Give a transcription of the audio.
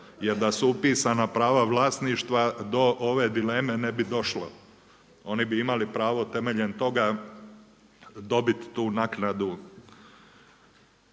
jer da su upisana prava vlasništva do ove dileme ne bi došlo. Oni bi imali pravo temeljem toga dobiti tu naknadu